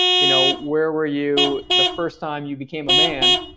you know where were you the first time you became a man?